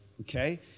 Okay